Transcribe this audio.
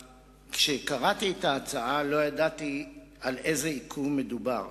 כשקראתי את ההצעה לא ידעתי על איזה עיכוב מדובר,